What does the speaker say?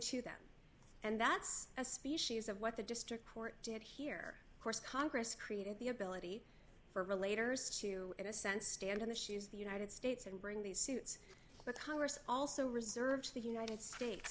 to them and that's a species of what the district court did here course congress created the ability for relator to in a sense stand in the shoes the united states and bring these suits but congress also reserves the united states